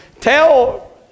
tell